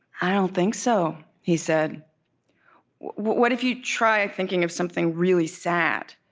i don't think so he said what if you try thinking of something really sad?